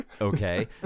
okay